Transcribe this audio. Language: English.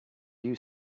you